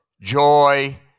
joy